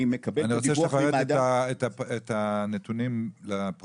אני מקבל את הדיווח מ- -- אני רוצה שתפרט לי את הנתונים לפרוטוקול,